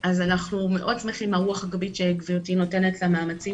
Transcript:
אנחנו מאוד שמחים על הרוח הגבית שגברתי נותנת למאמצים